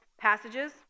passages